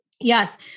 Yes